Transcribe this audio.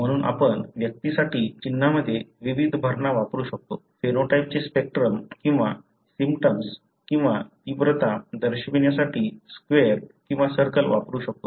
म्हणून आपण व्यक्तीसाठी चिन्हांमध्ये विविध भरणा वापरू शकतो फेनोटाइपचे स्पेक्ट्रम किंवा सिम्पटम्स किंवा तीव्रता दर्शविण्यासाठी स्क्वेर किंवा सर्कल वापरू शकतो